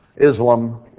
Islam